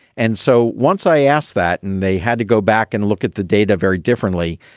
and so once i asked that and they had to go back and look at the data very differently,